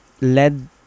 led